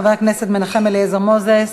חבר הכנסת מנחם אליעזר מוזס,